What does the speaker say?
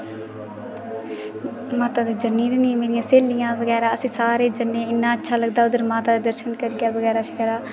माता दे जन्नी रैह्न्नी मेरियां स्हेलियां बगैरा अस सारे जन्ने इन्ना अच्छा लगदा उद्धर माता दे दर्शन करी आवो बगैरा शगैरा